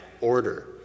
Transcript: order